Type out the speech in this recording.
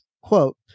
quote